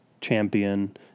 champion